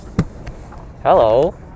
Hello